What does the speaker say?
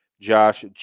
Josh